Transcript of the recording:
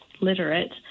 literate